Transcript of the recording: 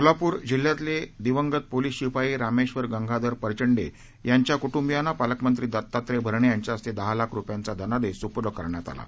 सोलापूर जिल्ह्यातले दिवंगत पोलीस शिपाई रामेश्वर गंगाधर परचंडे यांच्या कुुिियांना पालकमंत्री दत्तात्रय भरणे यांच्या हस्ते दहा लाख रुपयांचा धनादेश सुपुर्द करण्यात आला आहे